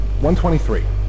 123